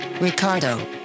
Ricardo